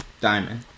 Diamond